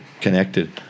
connected